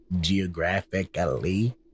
geographically